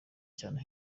cyane